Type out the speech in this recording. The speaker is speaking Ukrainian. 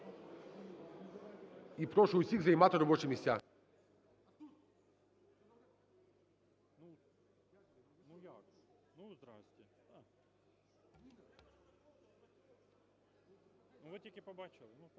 І прошу усіх займати робочі місця.